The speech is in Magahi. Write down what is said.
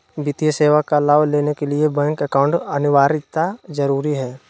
वित्तीय सेवा का लाभ लेने के लिए बैंक अकाउंट अनिवार्यता जरूरी है?